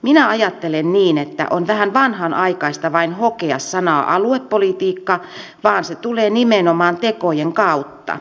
minä ajattelen niin että on vähän vanhanaikaista vain hokea sanaa aluepolitiikka vaan se tulee nimenomaan tekojen kautta